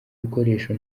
bikoresho